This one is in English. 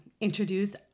introduce